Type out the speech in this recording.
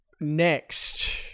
Next